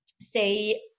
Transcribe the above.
say